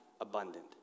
abundant